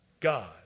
God